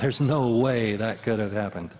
there's no way that could have happened